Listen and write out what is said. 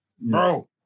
bro